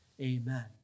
Amen